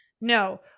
No